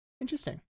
Interesting